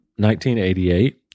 1988